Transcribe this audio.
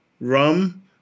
rum